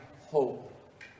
hope